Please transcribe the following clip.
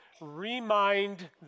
Remind